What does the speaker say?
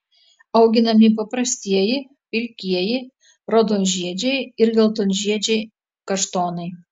auginami paprastieji pilkieji raudonžiedžiai ir geltonžiedžiai kaštonai